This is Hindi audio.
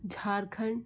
झारखंड